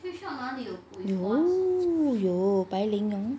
有有白莲蓉